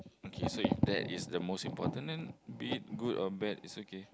okay so if that is the most important then be it good or bad it's okay